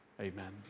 amen